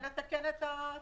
צריכים לתקן את התקנות.